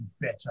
better